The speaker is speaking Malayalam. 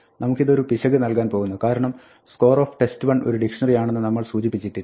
നമുക്കിത് ഒരു പിശക് നൽകാൻ പോകുന്നു കാരണം scoretest1 ഒരു ഡിക്ഷ്ണറി ആണെന്ന് നമ്മൾ സൂചിപ്പിച്ചിട്ടില്ല